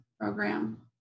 program